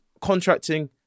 contracting